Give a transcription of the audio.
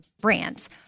brands